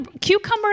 Cucumber